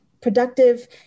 productive